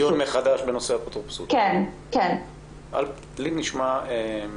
דיון מחדש בנושא האפוטרופסות, לי נשמע הגיוני.